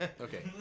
Okay